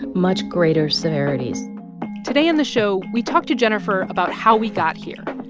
much greater severities today on the show we talk to jennifer about how we got here,